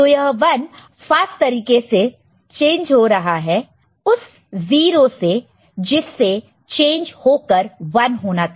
तो यह 1 फास्ट तरीके से चेंज हो रहा है उस 0 से जीसे चेंज होकर 1 होना था